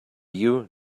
you